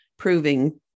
proving